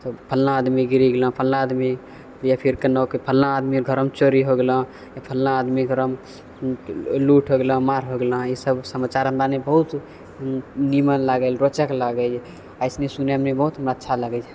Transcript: फलना आदमी गिरी गेलँ फलना आदमी या फिर कनो फलना आदमीके घरोमे चोरी हो गेलँ फलना आदमीके घरोमे लूट हो गेलँ मार हो गेलँ इसभ समाचार हमरा नी बहुत नीमन लागल रोचक लागल ऐसनी सुनयमे बहुत अच्छा लगै छै